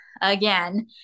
again